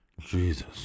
Jesus